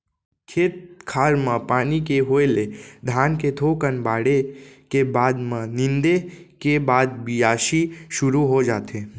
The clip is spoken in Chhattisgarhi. खेत खार म पानी के होय ले धान के थोकन बाढ़े के बाद म नींदे के बाद बियासी सुरू हो जाथे